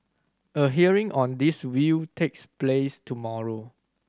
a hearing on this will takes place tomorrow